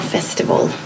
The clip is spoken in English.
Festival